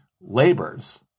labors